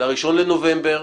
ל-1 בנובמבר,